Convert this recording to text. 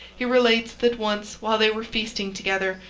he relates that once, while they were feasting together,